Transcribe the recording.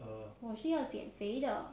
我是要减肥的